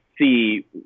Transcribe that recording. see